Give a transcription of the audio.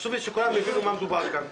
חשוב לי שכולם יבינו על מה מדובר כאן.